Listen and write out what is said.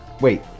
Wait